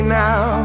now